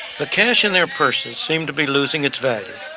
the cash in their purses seemed to be losing its value.